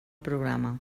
programa